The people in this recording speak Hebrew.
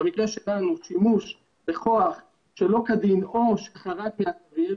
במקרה שלנו שימוש בכוח שלא כדין או שחרג מהסביר,